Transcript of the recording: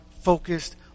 focused